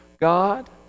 God